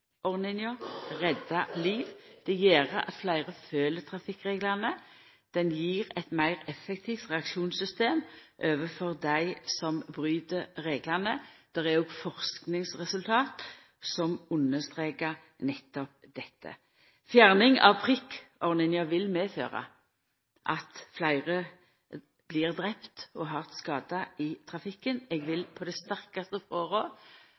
prikkordninga reddar liv. Det gjer at fleire følgjer trafikkreglane. Det gjev eit meir effektivt reaksjonssystem overfor dei som bryt reglane. Det er òg forskingsresultat som understrekar nettopp dette. Fjerning av prikkordninga vil medføra at fleire blir drepne og hardt skadde i trafikken. Eg